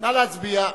נא להצביע.